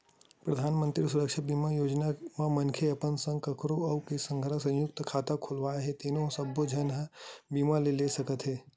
परधानमंतरी सुरक्छा बीमा योजना म मनखे अपन संग कखरो अउ के संघरा संयुक्त खाता खोलवाए हे तेनो सब्बो झन ए बीमा ल ले सकत हे